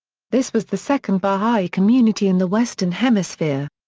this was the second baha'i community in the western hemisphere.